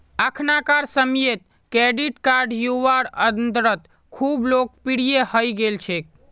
अखनाकार समयेत credit card युवार अंदरत खूब लोकप्रिये हई गेल छेक